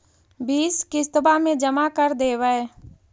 बिस किस्तवा मे जमा कर देवै?